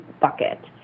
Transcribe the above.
bucket